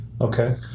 Okay